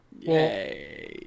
Yay